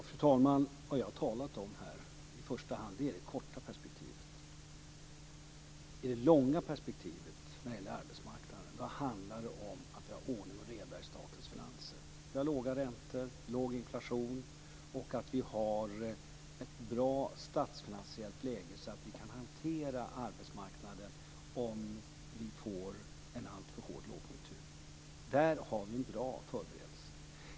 Fru talman! Vad jag har talat om i första hand här är det korta perspektivet. I det långa perspektivet när det gäller arbetsmarknaden handlar det om att vi har ordning och reda i statens finanser, att vi har låga räntor och låg inflation och att vi har ett bra statsfinansiellt läge, så att vi kan hantera arbetsmarknaden om vi får en alltför hård lågkonjunktur. Där har vi en bra förberedelse.